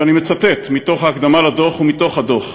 ואני מצטט מתוך ההקדמה לדוח ומתוך הדוח: